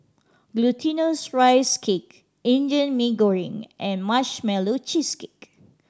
Glutinous Rice Cake Indian Mee Goreng and Marshmallow Cheesecake